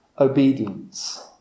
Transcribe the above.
obedience